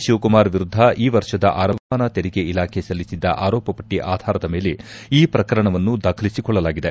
ಶಿವಕುಮಾರ್ ವಿರುದ್ದ ಈ ವರ್ಷದ ಆರಂಭದಲ್ಲಿ ವರಮಾನ ತೆರಿಗೆ ಇಲಾಖೆ ಸಲ್ಲಿಸಿದ್ದ ಆರೋಪ ಪಟ್ಟಿ ಆಧಾರದ ಮೇಲೆ ಈ ಪ್ರಕರಣವನ್ನು ದಾಖಲಿಸಿಕೊಳ್ಳಲಾಗಿದೆ